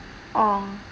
oh